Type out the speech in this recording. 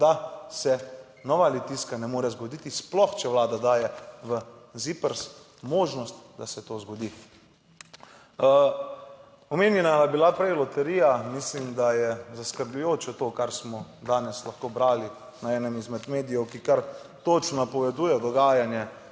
da se nova litijska ne more zgoditi, sploh če vlada daje v ZIPRS možnost, da se to zgodi. Omenjena je bila prej loterija. Mislim, da je zaskrbljujoče to, kar smo danes lahko brali na enem izmed medijev, ki kar točno napoveduje dogajanje